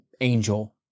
angel